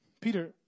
Peter